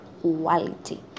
quality